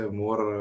more